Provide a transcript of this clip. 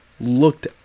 looked